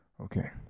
Okay